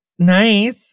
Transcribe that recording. Nice